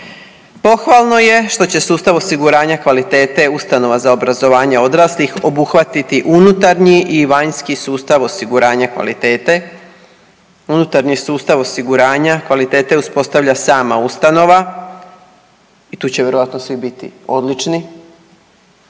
Pohvalno je što će sustav osiguranja kvalitete ustanova za obrazovanje odraslih obuhvatiti unutarnji i vanjski sustav osiguranja kvalitete. Unutarnji sustav osiguranja kvalitete uspostavlja sama ustanova i tu će vjerojatno svi biti odlični,